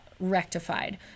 rectified